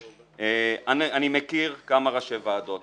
אני מכיר כמה ראשי ועדות